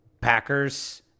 Packers